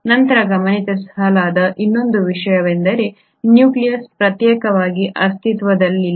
ನಂತರ ಗಮನಿಸಲಾದ ಇನ್ನೊಂದು ವಿಷಯವೆಂದರೆ ಈ ನ್ಯೂಕ್ಲಿಯಸ್ ಪ್ರತ್ಯೇಕವಾಗಿ ಅಸ್ತಿತ್ವದಲ್ಲಿಲ್ಲ